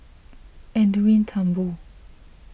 Edwin Thumboo